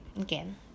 again